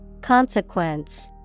Consequence